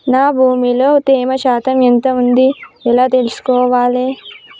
నా భూమి లో తేమ శాతం ఎంత ఉంది ఎలా తెలుసుకోవాలే?